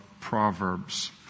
Proverbs